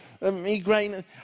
migraine